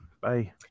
Bye